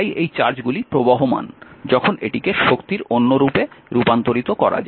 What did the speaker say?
তাই এই চার্জগুলি প্রবহমান যখন এটিকে শক্তির অন্য রূপে রূপান্তরিত করা যায়